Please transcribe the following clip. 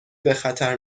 بخطر